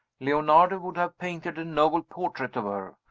leonardo would have painted a noble portrait of her.